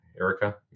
Erica